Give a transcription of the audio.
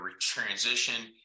transition